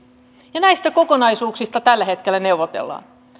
ja näistä kokonaisuuksista tällä hetkellä neuvotellaan